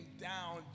down